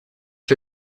for